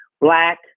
Black